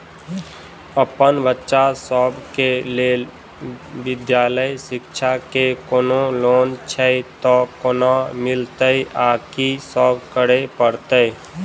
अप्पन बच्चा सब केँ लैल विधालय शिक्षा केँ कोनों लोन छैय तऽ कोना मिलतय आ की सब करै पड़तय